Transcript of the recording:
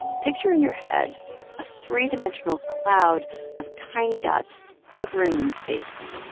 picture in your head a three-dimensional cloud of tiny dots hovering in space.